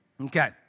Okay